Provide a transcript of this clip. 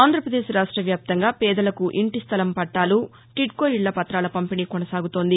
ఆంధ్రప్రదేశ్ రాష్ట్ర వ్యాప్తంగా పేదలకు ఇంటి స్టలం పట్టాలు టీడ్కో ఇళ్ల పత్రాల పంపిణీ కొనసాగుతోంది